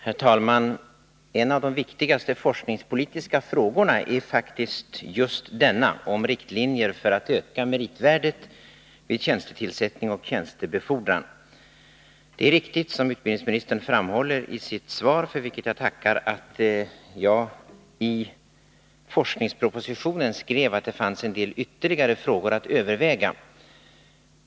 Herr talman! En av de viktigaste forskningspolitiska frågorna är faktiskt just denna, frågan om riktlinjer för att öka meritvärdet vid tjänstetillsättning och tjänstebefordran. Det är riktigt, som utbildningsministern framhåller i sitt svar, för vilket jag tackar, att jag i forskningspropositionen skrev att det fanns en del ytterligare frågor att överväga.